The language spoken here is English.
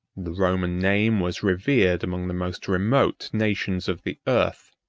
the roman name was revered among the most remote nations of the earth.